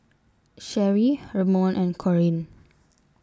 Cherrie Ramon and Corene